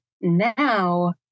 now